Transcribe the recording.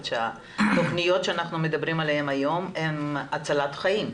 ואני באמת חושבת שהתוכניות שאנחנו מדברים עליהן היום הן הצלת חיים,